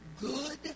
good